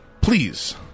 please